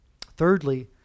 Thirdly